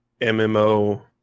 MMO